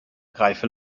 reife